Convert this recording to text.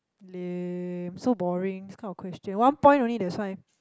lame so boring this kind of question one point only that's why